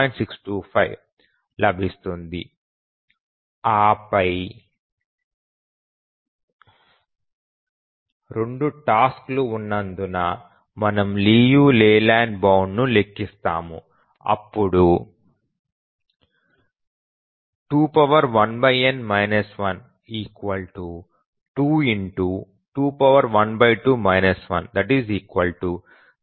625 లభిస్తుంది ఆ పై 2 టాస్క్ లు ఉన్నందున మనము లియు లేలాండ్ బౌండ్ను లెక్కిస్తాము అప్పుడు 21n 12212 1 0